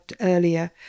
earlier